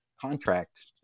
contract